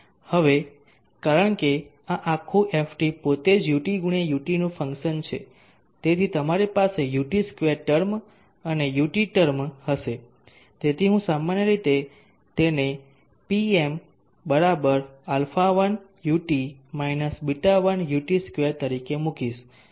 હવે કારણ કે આ આખું Ft પોતે જ ut x ut નું ફંક્શન છે તેથી તમારી પાસે ut2ટર્મ અને એક ut ટર્મ હશે તેથી હું સામાન્ય રીતે તેને Pmα1ut β1ut2તરીકે મૂકીશ